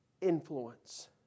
influence